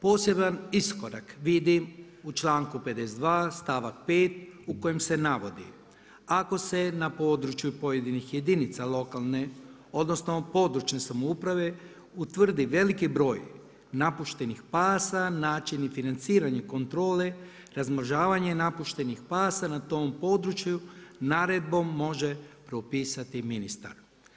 Poseban iskorak vidim u članku 52. stavak 5. u kojem se navodi, ako se na području pojedinih jedinica lokalne, odnosno područne samouprave utvrdi veliki broj napuštenih pasa, način i financiranje kontrole, razmnožavanje napuštenih pasa na tom području naredbom može propisati ministar.